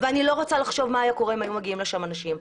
ואני לא רוצה לחשוב מה היה קורה אם היו מגיעים לשם אנשים.